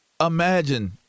imagine